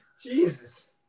Jesus